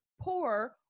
poor